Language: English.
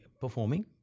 Performing